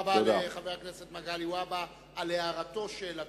תודה רבה לחבר הכנסת מגלי והבה על הערתו-שאלתו.